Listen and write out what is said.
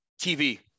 TV